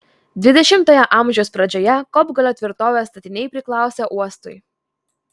dvidešimtojo amžiaus pradžioje kopgalio tvirtovės statiniai priklausė uostui